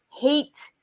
hate